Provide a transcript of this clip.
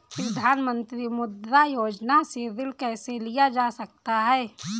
प्रधानमंत्री मुद्रा योजना से ऋण कैसे लिया जा सकता है?